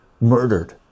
murdered